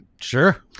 Sure